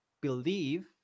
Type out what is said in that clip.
believe